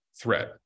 threat